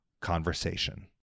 Conversation